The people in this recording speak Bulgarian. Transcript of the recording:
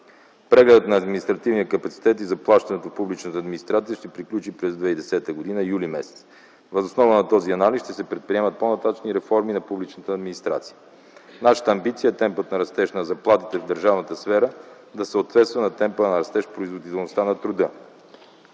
Прегледът на административния капацитет и заплащането в публичната администрация ще приключи през 2010 г. юли месец. Въз основа на този анализ ще се предприемат по-нататъшни реформи на публичната администрация. Нашата амбиция е темпът на растеж на заплатите в държавната сфера да съответства на темпа на растеж в производителността на труда.